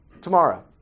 tomorrow